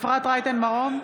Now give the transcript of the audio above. אפרת רייטן מרום,